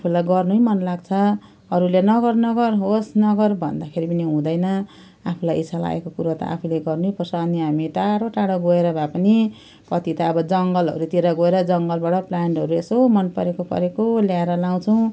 आफूलाई गर्नै मन लाग्छ अरूले नगर नगर होस् नगर भन्दाखेरि पनि हुँदैन आफूलाई इच्छा लागेको कुरो त आफूले गर्नै पर्छ अनि हामी टाढो टाढो गएर भए पनि कति त अब जङ्गलहरूतिर गएर जङ्गलबाट प्लान्टहरू यसो मन परेको परेको ल्याएर लगाउँछौँ